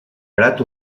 prat